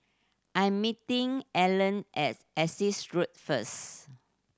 I am meeting Allen as Essex Road first